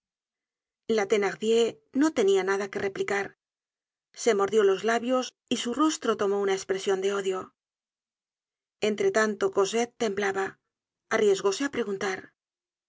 la thenardier no tenia nada que replicar se mordiólos labios y su rostro tomó una espresion de odio entre tanto cosette temblaba arriesgóse á preguntar